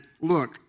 look